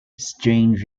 strange